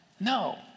no